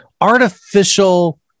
artificial